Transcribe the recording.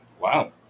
Wow